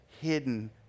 hidden